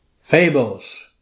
fables